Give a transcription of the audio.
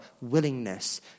willingness